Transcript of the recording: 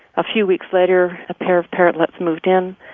a few weeks later, a pair of parrotlets moved in.